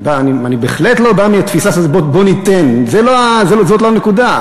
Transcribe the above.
אני בהחלט לא בא מהתפיסה "בוא ניתן"; זאת לא הנקודה.